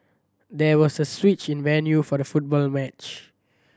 there was a switch in the venue for the football match